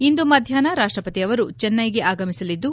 ಇಂದು ಮಧ್ಯಾಹ್ನ ರಾಷ್ಟಪತಿ ಅವರು ಜೆನ್ನೈಗೆ ಆಗಮಿಸಲಿದ್ದು